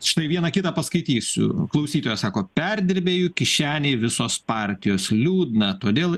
štai vieną kitą paskaitysiu klausytoja sako perdirbėjų kišenėj visos partijos liūdna todėl